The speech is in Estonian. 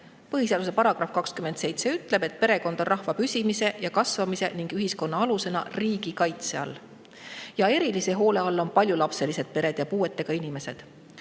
Põhiseaduse § 27 ütleb, et perekond rahva püsimise ja kasvamise ning ühiskonna alusena on riigi kaitse all. Ja erilise hoole all on paljulapselised pered ja puuetega inimesed: